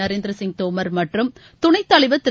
நரேந்திரசிங் தோமர் மற்றும் துணைத்தலைவர் திரு